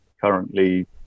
currently